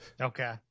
Okay